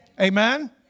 Amen